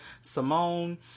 Simone